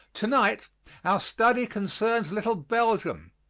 tonight our study concerns little belgium,